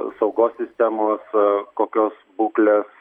saugos sistemos e kokios būklės